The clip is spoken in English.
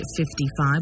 55